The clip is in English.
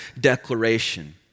declaration